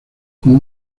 como